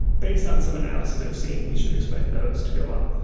based on some analyses i've seen, we should expect those to go up.